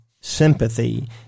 sympathy